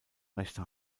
rechte